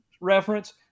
reference